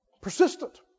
Persistent